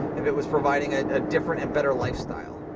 if it was providing a ah different and better lifestyle.